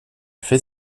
fait